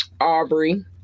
Aubrey